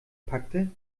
packte